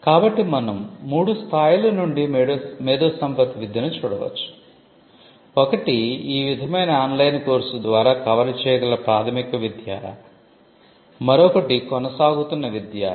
కాబట్టి మనం మూడు స్థాయిల నుండి మేధోసంపత్తి విద్యను చూడవచ్చు ఒకటి ఈ విధమైన ఆన్లైన్ కోర్సు ద్వారా కవర్ చేయగల ప్రాథమిక విద్య మరొకటి కొనసాగుతున్న విద్య